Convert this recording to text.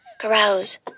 Carouse